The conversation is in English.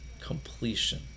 completion